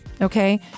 okay